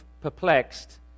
perplexed